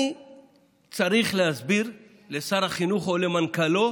אני צריך להסביר לשר החינוך או למנכ"לו